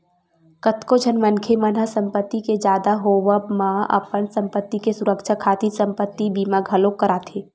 कतको झन मनखे मन ह संपत्ति के जादा होवब म अपन संपत्ति के सुरक्छा खातिर संपत्ति बीमा घलोक कराथे